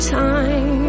time